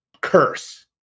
curse